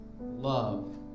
Love